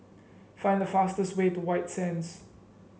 find the fastest way to White Sands